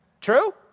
True